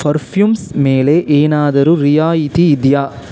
perfumes ಮೇಲೆ ಏನಾದರೂ ರಿಯಾಯಿತಿ ಇದೆಯಾ